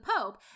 pope